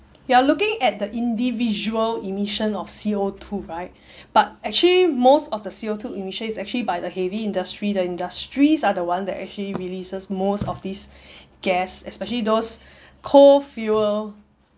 you are looking at the individual emission of C_O two right but actually most of the C_O two emissions is actually by the heavy industry the industries are the one that actually releases most of these gas especially those cold fuel